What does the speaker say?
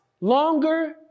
longer